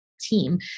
team